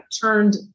turned